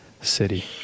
city